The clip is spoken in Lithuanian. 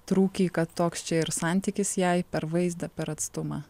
trūkiai kad toks čia ir santykis jei per vaizdą per atstumą